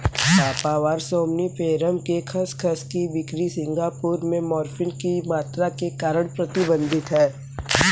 papaver somniferum के खसखस की बिक्री सिंगापुर में मॉर्फिन की मात्रा के कारण प्रतिबंधित है